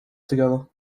together